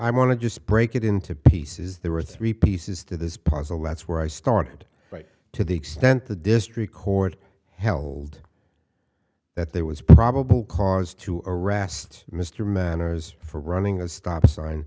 i want to just break it into pieces there are three pieces to this puzzle that's where i started right to the extent the district court held that there was probable cause to arrest mr manners for running a stop sign